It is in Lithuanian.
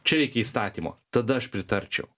čia reikia įstatymo tada aš pritarčiau